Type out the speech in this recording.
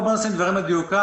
בואו נשים את הדברים על דיוקם.